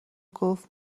گفت